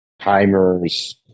timers